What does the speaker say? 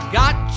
got